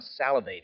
salivating